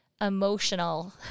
emotional